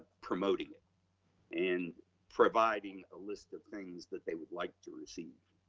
promoting it and providing a list of things that they would like to receive.